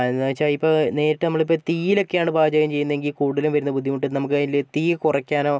എന്തെന്ന് വെച്ചാൽ ഇപ്പം നേരിട്ട് നമ്മളിപ്പം തീയിലൊക്കെയാണ് പാചകം ചെയ്യുന്നതെങ്കിൽ കൂടുതലും വരുന്ന ബുദ്ധിമുട്ട് നമുക്കതിൽ തീ കുറയ്ക്കാനോ